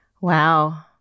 Wow